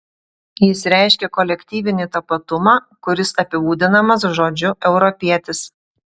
jis reiškia kolektyvinį tapatumą kuris apibūdinamas žodžiu europietis